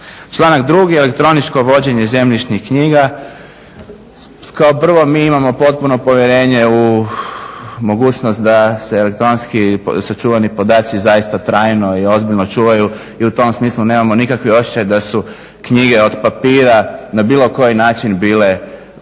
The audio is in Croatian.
Članak 2. elektroničko vođenje zemljišnih knjiga. Kao prvo mi imamo potpuno povjerenje u mogućnost da se elektronski sačuvani podaci zaista trajno i ozbiljno čuvaju i u tom smislu nemamo nikakvi osjećaj da su knjige od papira na bilo koji način bile bolje